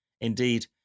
Indeed